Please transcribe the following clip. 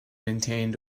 maintained